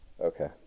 Okay